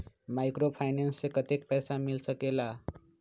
Microfinance से कतेक पैसा मिल सकले ला?